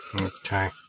Okay